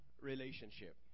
relationship